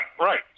Right